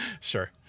sure